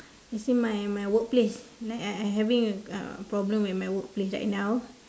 you see my my workplace I having a problem at my workplace right now